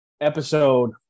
episode